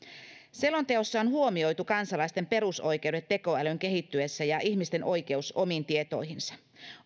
selonteossa on huomioitu kansalaisten perusoikeudet tekoälyn kehittyessä ja ihmisten oikeus omiin tietoihinsa